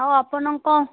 ଆଉ ଆପଣଙ୍କ